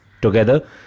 Together